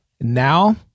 Now